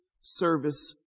service